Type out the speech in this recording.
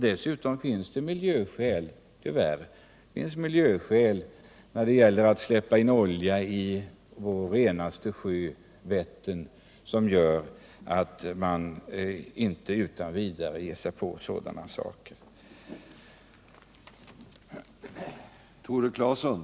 Dessutom finns det tyvärr miljöskäl — när det är fråga om att släppa in olja i vår renaste sjö, Vättern — som gör att man inte utan vidare ger sig in på sådana här saker.